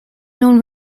known